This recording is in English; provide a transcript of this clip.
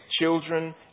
children